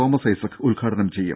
Thomas Isaac ഉദ്ഘാടനം ചെയ്യും